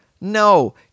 no